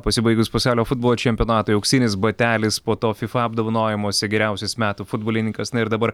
pasibaigus pasaulio futbolo čempionatui auksinis batelis po to fifa apdovanojimuose geriausias metų futbolininkas na ir dabar